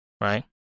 Right